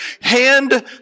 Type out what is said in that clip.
hand